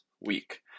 week